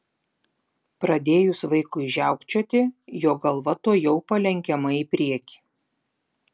pradėjus vaikui žiaukčioti jo galva tuojau palenkiama į priekį